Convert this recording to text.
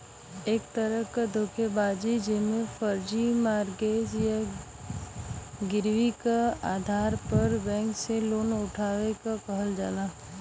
एक तरह क धोखेबाजी जेमे फर्जी मॉर्गेज या गिरवी क आधार पर बैंक से लोन उठावे क कहल जाला